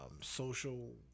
social